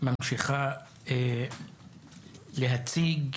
ממשיכה להציג,